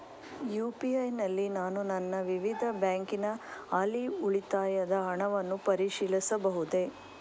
UPI ನಲ್ಲಿ ನಾನು ನನ್ನ ವಿವಿಧ ಬ್ಯಾಂಕಿನ ಹಾಲಿ ಉಳಿತಾಯದ ಹಣವನ್ನು ಪರಿಶೀಲಿಸಬಹುದೇ?